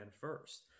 first